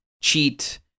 cheat